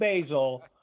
Basil